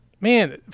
man